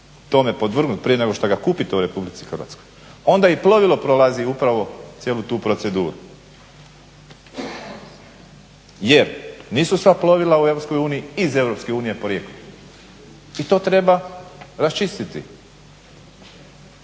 tome podvrgnut prije nego što ga kupite u Republici Hrvatskoj onda i plovilo prolazi upravo cijelu tu proceduru. Jer nisu sva plovila u Europskoj uniji iz Europske unije porijeklom i to treba raščistiti.